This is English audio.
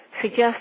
suggest